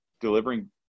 delivering